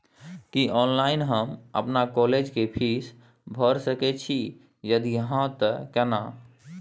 की online हम अपन college के फीस भैर सके छि यदि हाँ त केना?